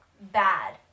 bad